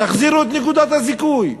תחזירו את נקודת הזיכוי.